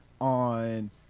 on